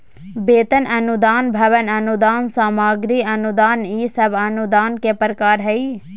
वेतन अनुदान, भवन अनुदान, सामग्री अनुदान ई सब अनुदान के प्रकार हय